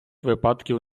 випадків